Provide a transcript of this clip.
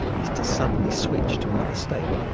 is to suddenly switch to another state.